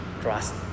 trust